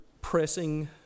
pressing